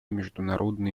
международной